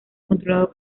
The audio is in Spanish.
controlado